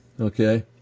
okay